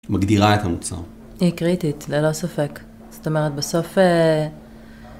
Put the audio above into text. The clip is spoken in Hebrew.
מגדירה את המוצר. היא קריטית, ללא ספק. זאת אומרת, בסוף אה...